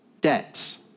debts